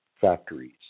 factories